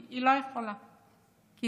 התשובה היא: היא לא יכולה,